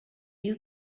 you